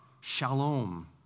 shalom